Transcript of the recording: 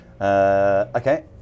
Okay